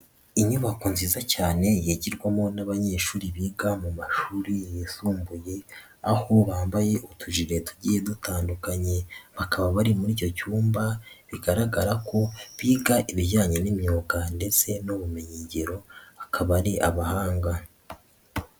Inyubako nziza cyane yigirwamo n'abanyeshuri biga mu mashuri yisumbuye, aho bambaye utujire tugiye dutandukanye. Bakaba bari muri icyo cyumba, bigaragara ko biga ibijyanye n'imyuga ndetse n'ubumenyigiro, akaba ari abahanga.